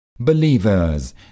Believers